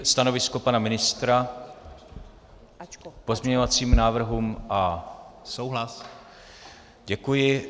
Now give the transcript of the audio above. Stanovisko pana ministra k pozměňovacím návrhům A? Děkuji.